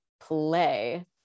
play